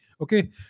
Okay